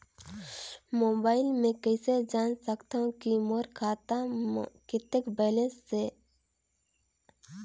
Mobile म कइसे जान सकथव कि मोर खाता म कतेक बैलेंस से?